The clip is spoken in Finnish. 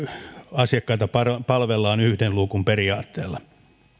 asiakkaita palvellaan yhden luukun periaatteella